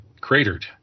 cratered